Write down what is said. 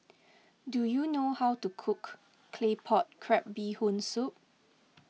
do you know how to cook Claypot Crab Bee Hoon Soup